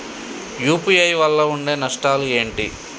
UPI వల్ల ఉండే నష్టాలు ఏంటి??